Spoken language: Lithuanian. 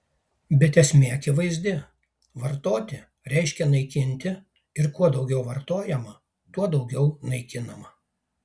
bet esmė akivaizdi vartoti reiškia naikinti ir kuo daugiau vartojama tuo daugiau naikinama